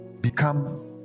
become